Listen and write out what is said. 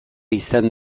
izan